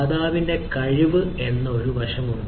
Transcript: ദാതാവിന്റെ കഴിവ് എന്ന ഒരു വശമുണ്ട്